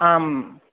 आम्